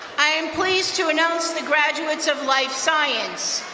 i am pleased to announce the graduates of life science.